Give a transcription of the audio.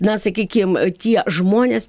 na sakykim tie žmonės